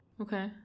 Okay